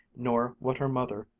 nor what her mother,